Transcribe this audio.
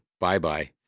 bye-bye